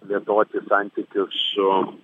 plėtoti santykius su